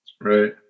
right